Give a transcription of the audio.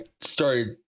started